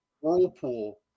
whirlpool